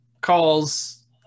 calls